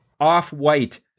off-white